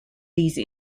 these